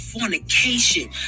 fornication